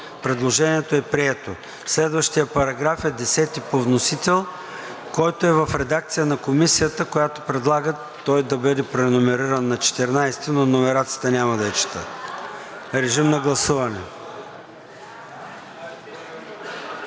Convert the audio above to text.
Предложението е прието. Следващият § 10 по вносител, който е в редакция на Комисията, която предлага той да бъде преномериран на § 14, но номерацията няма да я чета. Гласували